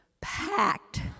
packed